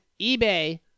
eBay